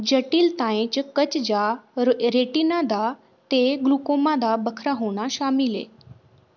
जटिलताएं च कच्च जां रेटिना दा ते ग्लूकोमा दा बक्खरा होना शामल ऐ